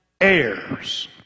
heirs